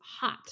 hot